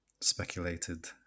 speculated